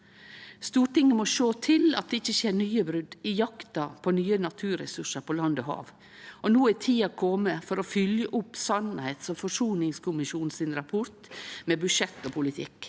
Stortinget må sjå til at det ikkje skjer nye brot i jakta på nye naturressursar på land og hav. No er tida komen for å fylgje opp sannings- og forsoningskommisjonens rapport med budsjett og politikk.